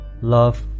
Love